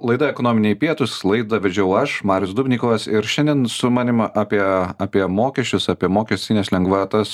laida ekonominiai pietūs laidą vedžiau aš marius dubnikovas ir šiandien su manim apie apie mokesčius apie mokestines lengvatas